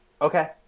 Okay